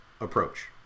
approach